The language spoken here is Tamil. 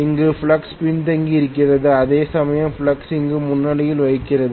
இங்கே ஃப்ளக்ஸ் பின்தங்கியிருக்கிறது அதேசமயம் ஃப்ளக்ஸ் இங்கே முன்னிலை வகிக்கிறது